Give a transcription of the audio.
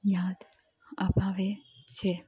યાદ અપાવે છે